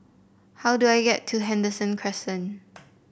how do I get to Henderson Crescent